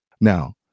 Now